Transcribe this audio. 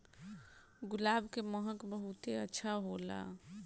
गुलाब के महक बहुते अच्छा होला